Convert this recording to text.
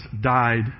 died